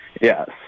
Yes